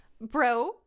Bro